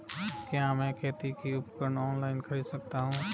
क्या मैं खेती के उपकरण ऑनलाइन खरीद सकता हूँ?